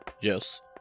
Yes